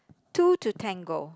two to ten go